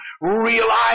realize